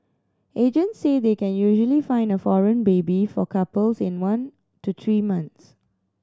agents say they can usually find a foreign baby for couples in one to three months